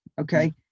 okay